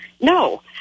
No